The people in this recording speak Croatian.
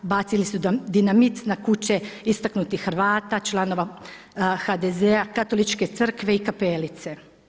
Bacili su dinamit na kuće istaknutih Hrvata, članova HDZ-a, Katoličke crkve i kapelice.